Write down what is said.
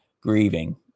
grieving